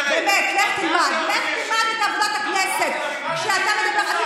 באמת, לך תלמד, לך תלמד את עבודת הכנסת.